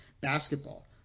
basketball